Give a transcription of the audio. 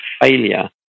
failure